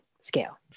scale